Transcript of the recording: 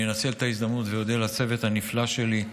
אני אנצל את ההזדמנות ואודה לצוות הנפלא שלי,